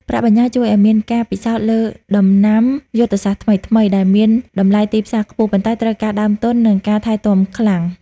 ប្រាក់បញ្ញើជួយឱ្យមានការពិសោធន៍លើ "ដំណាំយុទ្ធសាស្ត្រថ្មីៗ" ដែលមានតម្លៃទីផ្សារខ្ពស់ ប៉ុន្តែត្រូវការដើមទុន និងការថែទាំខ្លាំង។